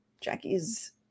Jackie's